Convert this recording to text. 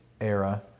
era